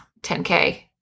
10k